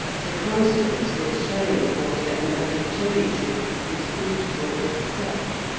sir constans was showing the courtier an early cherry-tree, whose fruit was already set.